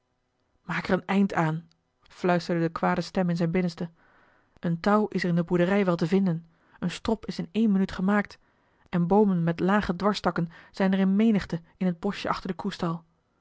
maak er een eind aan fluisterde de kwade stem in zijn binnenste een touw is er in de boerderij wel te vinden een strop is in ééne minuut gemaakt en boomen met lage dwarstakken zijn er in menigte in het boschje achter den koestal